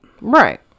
Right